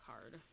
card